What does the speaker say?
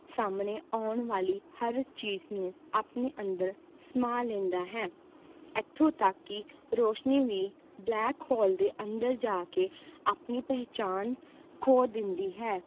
ਸਾਹਮਣੇ ਆਉਣ ਵਾਲੀ ਹਰ ਚੀਜ਼ ਨੂੰ ਆਪਣੇ ਅੰਦਰ ਸਮਾ ਲੈਂਦਾ ਹੈ ਇੱਥੋਂ ਤੱਕ ਕਿ ਰੋਸ਼ਨੀ ਵੀ ਬਲੈਕ ਹੋਲ ਦੇ ਅੰਦਰ ਜਾ ਕੇ ਆਪਣੀ ਪਹਿਚਾਣ ਖੋ ਦਿੰਦੀ ਹੈ